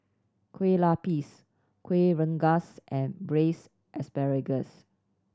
Kueh Lapis Kueh Rengas and Braised Asparagus